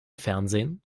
fernsehen